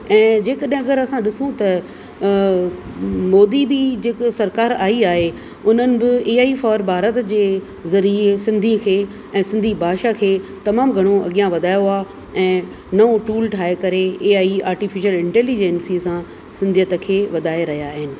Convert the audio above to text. ऐं जेकॾहिं अगरि असां ॾिसूं त मोदी बि जेके सरकार आई आहे उन्हनि बि ए आई फ़ोर भारत जे ज़रिये सिंधी खे ऐं सिंधी भाषा खे तमामु घणो अॻियां वधायो आहे ऐं नओं टूल ठाहे करे ए आई आर्टीफ़ीशल इंटेलीजंसी सां सिंधीयतु खे वधाए रहिया आहिनि